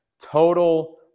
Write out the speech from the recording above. Total